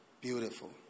beautiful